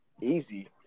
easy